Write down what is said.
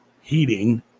heating